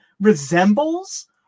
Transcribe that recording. resembles